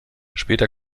später